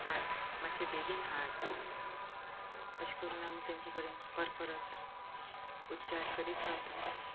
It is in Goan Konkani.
बाय मातशे बेगीन हाड अशे करून आमी तेंचे कडेन परत परत उच्चार करीत रावतात